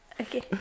okay